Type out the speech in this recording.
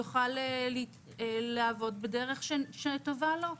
יוכל לעבוד בדרך שטובה לו.